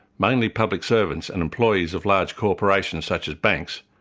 mainly public servants and employees of large corporations, such as banks,